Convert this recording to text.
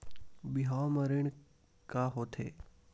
बिहाव म ऋण का होथे?